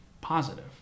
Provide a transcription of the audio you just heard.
Positive